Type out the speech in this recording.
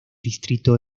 distrito